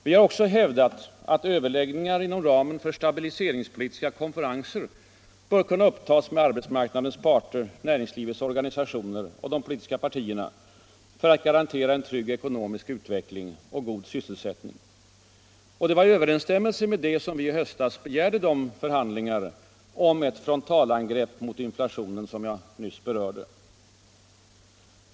Vi har också hävdat att överläggningar inom ramen för stabiliseringspolitiska konferenser bör kunna upptas med arbetsmarknadens parter, näringslivets organisationer och de politiska partierna för att garantera en trygg ekonomisk utveckling och en god sysselsättning. Det var i överensstämmelse med det som vi i höstas begärde de förhandlingar om ett frontalangrepp mot inflationen som jag nyss berörde.